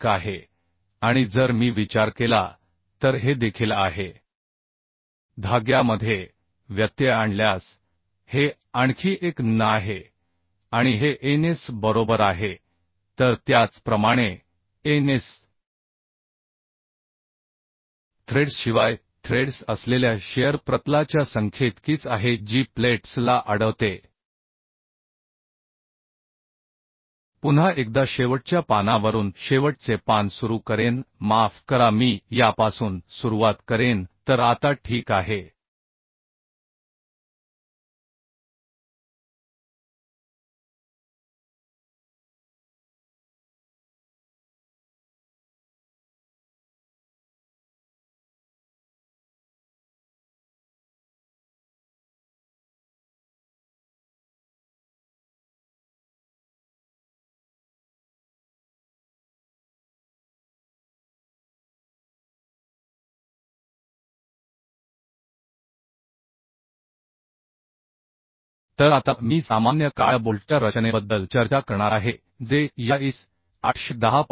एक आहे आणि जर मी विचार केला तर हे देखील आहे धाग्यामध्ये व्यत्यय आणल्यास हे आणखी एक nn आहे आणि हे ns बरोबर आहे तर त्याचप्रमाणे ns थ्रेड्सशिवाय थ्रेड्स असलेल्या शिअर प्रतलाच्या संख्येइतकीच आहे जी प्लेट्सला अडवते पुन्हा एकदा शेवटच्या पानावरून सुरू करेन माफ करा मी यापासून सुरुवात करेन तर आता ठीक आहे तर आता मी सामान्य काळ्या बोल्टच्या रचनेबद्दल चर्चा करणार आहे जे या IS 800 10